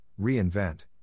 reinvent